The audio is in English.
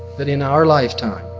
that in our lifetime